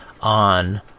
on